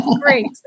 great